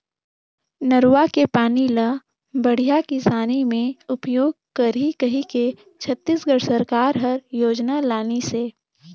नरूवा के पानी ल बड़िया किसानी मे उपयोग करही कहिके छत्तीसगढ़ सरकार हर योजना लानिसे